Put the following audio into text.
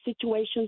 situations